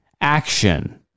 action